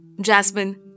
Jasmine